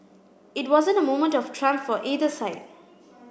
it wasn't a moment of triumph for either side